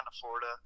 Florida